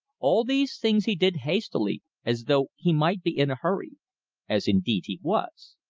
all these things he did hastily, as though he might be in a hurry as indeed he was.